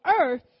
earth